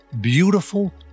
beautiful